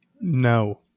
No